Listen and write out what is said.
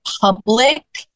public